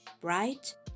bright